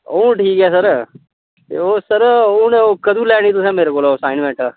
हून ठीक ऐ सर ओह् सर हून कदूं लैनी तुसें मेरे कोला असाइनमेंट